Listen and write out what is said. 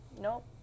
Nope